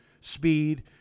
speed